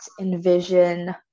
envision